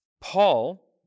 Paul